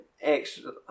extra